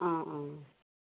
অঁ অঁ